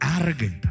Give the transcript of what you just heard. arrogant